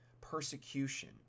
persecution